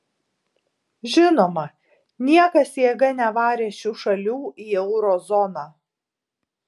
žinoma niekas jėga nevarė šių šalių į euro zoną